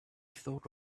thought